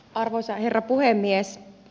arvoisa herra puhemies